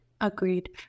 agreed